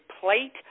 plate